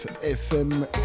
FM